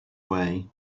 way